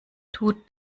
tut